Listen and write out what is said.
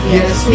Yes